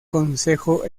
consejo